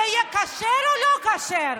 זה יהיה כשר או לא כשר?